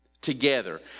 together